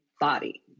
body